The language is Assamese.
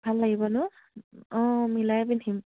ভাল লাগিব ন অঁ মিলাই পিন্ধিম